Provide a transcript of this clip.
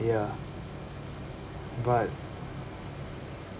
ya but